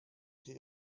see